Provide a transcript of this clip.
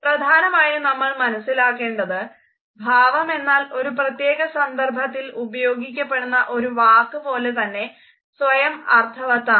പ്രധാനമായും നമ്മൾ മനസ്സിലാക്കേണ്ടത് ഭാവം എന്നാൽ ഒരു പ്രത്യേക സന്ദർഭത്തിൽ ഉപയോഗിക്കപ്പെടുന്ന ഒരു വാക്ക് പോലെ തന്നെ സ്വയം അർത്ഥവത്താണ്